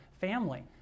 family